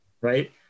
right